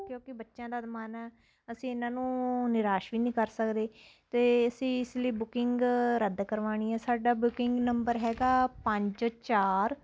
ਕਿਉਂਕਿ ਬੱਚਿਆਂ ਦਾ ਮਨ ਆ ਅਸੀਂ ਇਹਨਾਂ ਨੂੰ ਨਿਰਾਸ਼ ਵੀ ਨਹੀਂ ਕਰ ਸਕਦੇ ਅਤੇ ਅਸੀਂ ਇਸ ਲਈ ਬੁਕਿੰਗ ਰੱਦ ਕਰਵਾਉਣੀ ਹੈ ਸਾਡਾ ਬੁਕਿੰਗ ਨੰਬਰ ਹੈਗਾ ਪੰਜ ਚਾਰ